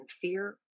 fear